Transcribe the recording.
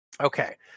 okay